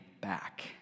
back